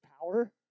power